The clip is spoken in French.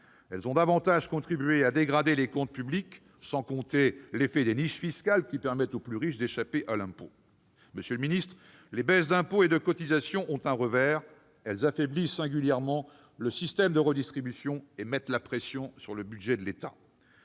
Elles ont davantage contribué à dégrader les comptes publics, sans compter l'effet des niches fiscales, qui permettent aux plus riches d'échapper à l'impôt. Messieurs les ministres, les baisses d'impôts et de cotisations ont un revers : elles affaiblissent singulièrement le système de redistribution et mettent la pression sur le budget de l'État.